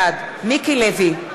בעד מיקי לוי,